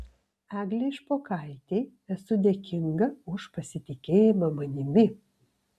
eglei špokaitei esu dėkinga už pasitikėjimą manimi